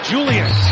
Julius